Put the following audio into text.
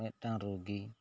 ᱢᱤᱫᱴᱟᱝ ᱨᱳᱜᱤ